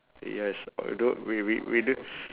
yes although we we we do